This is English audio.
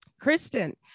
Kristen